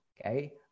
okay